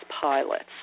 pilots